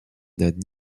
nad